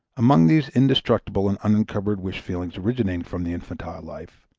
among these indestructible and unincumbered wish feelings originating from the infantile life,